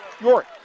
York